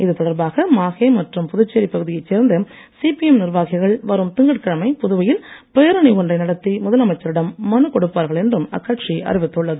இது தொடர்பாக மாஹே மற்றும் புதுச்சேரி பகுதியைச் சேர்ந்த சிபிஎம் நிர்வாகிகள் வரும் திங்கட்கிழமை புதுவையில் பேரணி ஒன்றை நடத்தி முதலமைச்சரிடம் மனு கொடுப்பார்கள் என்றும் அக்கட்சி அறிவித்துள்ளது